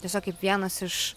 tiesiog kaip vienas iš